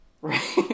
Right